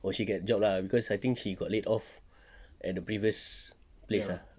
where she get job lah cause I think she got laid off at the previous place ah